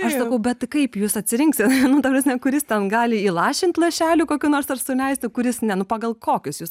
aš sakau bet kaip jūs atsirinksit nu ta prasme kuris ten gali įlašint lašelį kokių nors ar suleisti kuris ne nu pagal kokius jūs